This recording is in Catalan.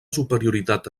superioritat